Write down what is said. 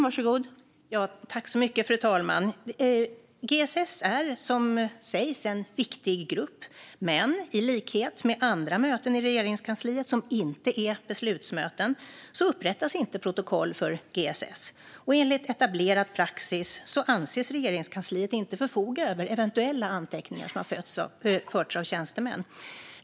Fru talman! GSS är, som sägs, en viktig grupp. Men i likhet med andra möten i Regeringskansliet som inte är beslutsmöten upprättas inte protokoll för GSS. Och enligt etablerad praxis anses Regeringskansliet inte förfoga över eventuella anteckningar som har förts av tjänstemän.